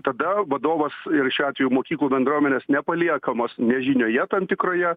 tada vadovas ir šiuo atveju mokyklų bendruomenės nepaliekamos nežinioje tam tikroje